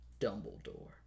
Dumbledore